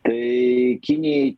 tai kinijai